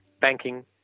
banking